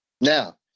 Now